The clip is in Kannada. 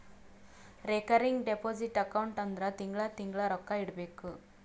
ರೇಕರಿಂಗ್ ಡೆಪೋಸಿಟ್ ಅಕೌಂಟ್ ಅಂದುರ್ ತಿಂಗಳಾ ತಿಂಗಳಾ ರೊಕ್ಕಾ ಇಡಬೇಕು